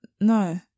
no